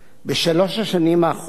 בשלוש השנים האחרונות